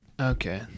okay